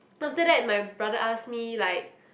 after that my brother ask me like